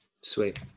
sweet